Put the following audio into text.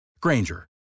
Granger